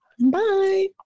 Bye